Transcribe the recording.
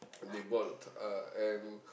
they bought uh M